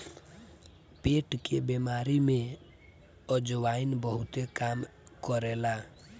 पेट के बेमारी में अजवाईन बहुते काम करेला